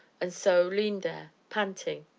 and so leaned there, panting.